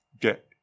get